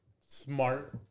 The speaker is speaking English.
smart